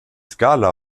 skala